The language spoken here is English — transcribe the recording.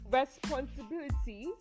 responsibility